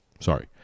Sorry